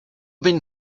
been